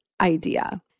idea